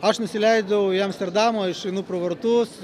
aš nusileidau į amsterdamą išeinu pro vartus